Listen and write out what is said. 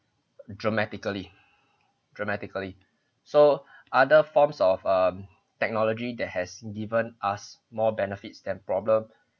dramatically dramatically so other forms of um technology that has given us more benefits than problem